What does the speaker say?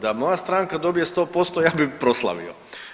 Da moja stranka dobije 100% ja bi proslavio.